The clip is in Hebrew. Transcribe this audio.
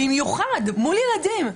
במיוחד מול ילדים.